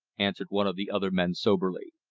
answered one of the other men soberly.